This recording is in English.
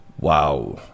wow